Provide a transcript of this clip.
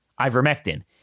ivermectin